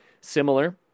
similar